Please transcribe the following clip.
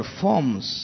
forms